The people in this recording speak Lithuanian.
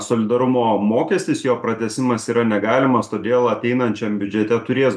solidarumo mokestis jo pratęsimas yra negalimas todėl ateinančiam biudžete turės